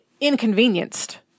inconvenienced